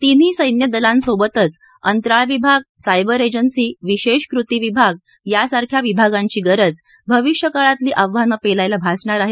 तिन्ही सैन्यदलांसोबतच अंतराळ विभाग सायबर एजन्सी विशेष कृती विभाग यासारख्या विभागांची गरज भविष्यकाळातली आव्हानं पेलायला भासणार आहे